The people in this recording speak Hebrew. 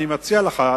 אני מציע לך,